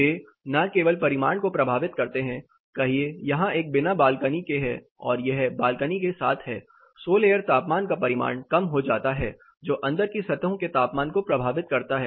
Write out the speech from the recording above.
वे न केवल परिमाण को प्रभावित करते हैं कहिए यहां यह बिना बालकनी के है और यह बालकनी के साथ है सोल एयर तापमान का परिमाण कम हो जाता है जो अंदर की सतहों के तापमान को प्रभावित करता है